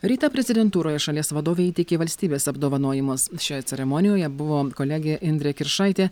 rytą prezidentūroje šalies vadovei įteikė valstybės apdovanojimus šioje ceremonijoje buvo kolegė indrė kiršaitė